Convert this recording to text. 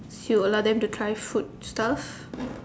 you would allow them to try food stuff